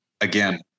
Again